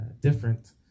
different